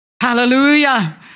Hallelujah